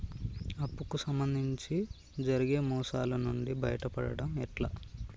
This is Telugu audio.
అప్పు కు సంబంధించి జరిగే మోసాలు నుండి బయటపడడం ఎట్లా?